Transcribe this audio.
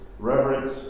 Reverence